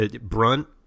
Brunt